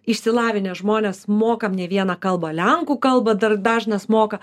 išsilavinę žmonės mokam ne vieną kalbą lenkų kalbą dar dažnas moka